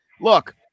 Look